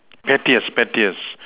pettiest pettiest